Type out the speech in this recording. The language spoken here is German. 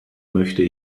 möchte